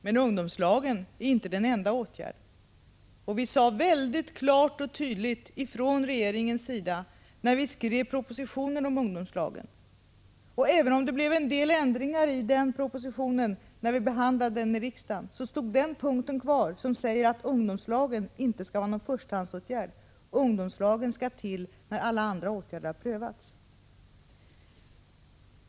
Men ungdomslagen är inte den enda åtgärden. Det sade regeringen klart och tydligt när vi skrev propositionen om ungdomslagen. Även om det blev en del ändringar när propositionen behandlades i riksdagen stod den punkt kvar som säger att ungdomslagen inte skall vara någon förstahandsåtgärd. Ungdomslagen skall tas till när alla andra åtgärder prövats.